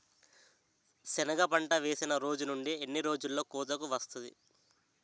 సెనగ పంట వేసిన రోజు నుండి ఎన్ని రోజుల్లో కోతకు వస్తాది?